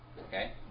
Okay